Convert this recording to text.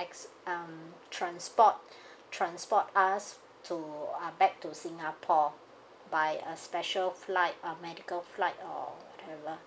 acci~ um transport transport us to uh back to singapore by a special flight uh medical flight or whatever